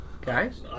Guys